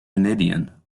canadian